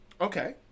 Okay